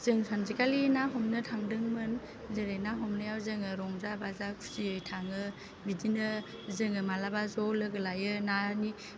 जों सानसेखालि ना हमनो थांदोंमोन जेरै ना हमनायाव जोङो रंजा बाजा खुसियै थाङो बिदिनो जोङो मालाबा ज' लोगो लायो नानि